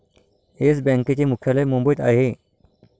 yes बँकेचे मुख्यालय मुंबईत आहे